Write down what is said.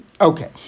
Okay